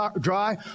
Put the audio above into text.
dry